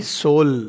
soul